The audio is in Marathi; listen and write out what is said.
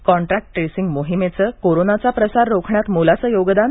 कॉन्टॅक्ट ट्रेसिंग मोहीमेचं कोरोनाचा प्रसार रोखण्यात मोलाचं योगदान